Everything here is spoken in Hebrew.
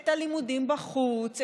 את הלימודים בחוץ,